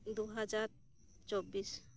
ᱫᱩ ᱦᱟᱡᱟᱨ ᱪᱚᱵᱽᱵᱤᱥ